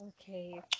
Okay